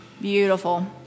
Beautiful